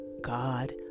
God